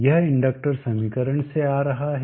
यह इंडक्टर समीकरण से आ रहा है